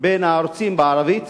בין הערוצים בערבית